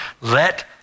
Let